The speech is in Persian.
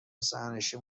سرنشین